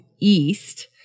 East